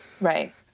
Right